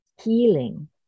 Healing